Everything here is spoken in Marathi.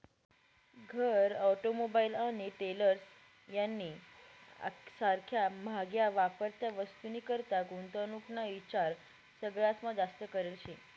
घर, ऑटोमोबाईल आणि ट्रेलर्स यानी सारख्या म्हाग्या वापरत्या वस्तूनीकरता गुंतवणूक ना ईचार सगळास्मा जास्त करेल शे